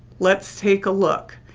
let's take a look.